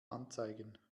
anzeigen